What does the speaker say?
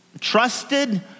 trusted